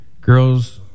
Girls